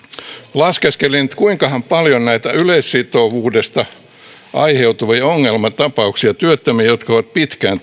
laskeskelin että kuinkahan paljon on näitä yleissitovuudesta aiheutuvia ongelmatapauksia työttömiä jotka ovat pitkään